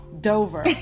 Dover